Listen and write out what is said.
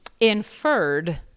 inferred